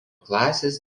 klasės